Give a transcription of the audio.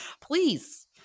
please